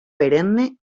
perenne